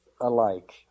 alike